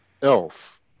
Else